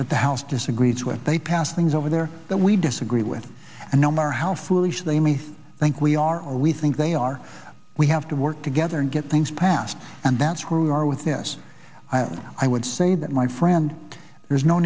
that the house disagrees with they passed things over there that we disagree with and no matter how foolish they me think we are we think they are we have to work together and get things passed and that's where we are with yes i will i would say that my friend there's no